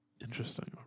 Interesting